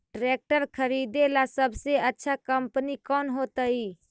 Tractor खरीदेला सबसे अच्छा कंपनी कौन होतई?